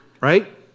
right